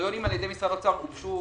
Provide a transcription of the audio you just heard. הקריטריונים על-ידי משרד האוצר הוגשו